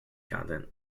content